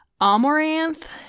Amaranth